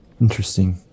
interesting